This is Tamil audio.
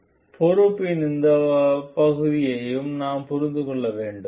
எனவே பொறுப்பின் இந்த பகுதியையும் நாம் புரிந்து கொள்ள வேண்டும்